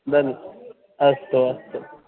done अस्तु अस्तु